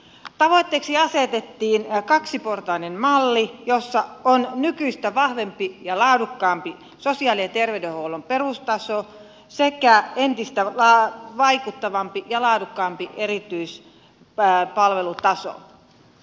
tavoitteeksi asetettiin kaksiportainen malli jossa on nykyistä vahvempi ja laadukkaampi sosiaali ja terveydenhuollon perustaso sekä entistä vaikuttavampi ja laadukkaampi erityispalvelutaso